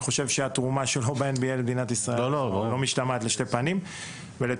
אני חושב שהתרומה שלו למדינת ישראל אינה זקוקה להוכחה.